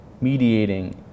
mediating